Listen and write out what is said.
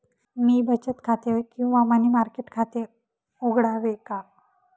मी बचत खाते किंवा मनी मार्केट खाते उघडावे का?